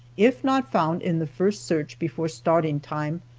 if not found in the first search before starting time,